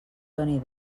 doni